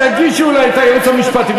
שיגישו לי את הייעוץ המשפטי,